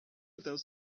without